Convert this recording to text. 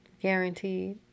Guaranteed